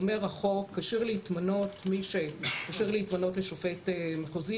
אומר החוק: כשיר להתמנות מי שכשיר להתמנות לשופט מחוזי.